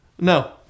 No